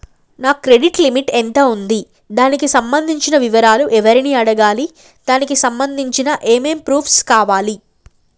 నా credit limit ఎంత ఉంది? దానికి సంబంధించిన వివరాలు ఎవరిని అడగాలి? దానికి సంబంధించిన ఏమేం ప్రూఫ్స్ కావాలి?